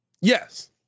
Yes